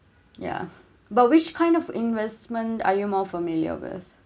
yeah but which kind of investment are you more familiar with